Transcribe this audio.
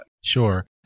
Sure